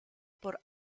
por